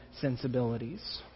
sensibilities